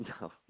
no